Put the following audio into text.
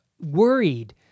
worried